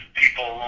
people